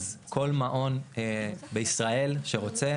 אז כל מעון בישראל שרוצה,